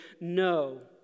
no